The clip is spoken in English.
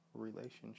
relationship